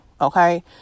okay